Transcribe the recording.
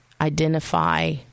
identify